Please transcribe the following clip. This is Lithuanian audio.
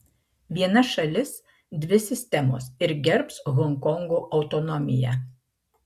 viena šalis dvi sistemos ir gerbs honkongo autonomiją